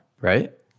right